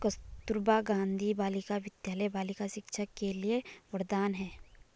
कस्तूरबा गांधी बालिका विद्यालय बालिका शिक्षा के लिए वरदान है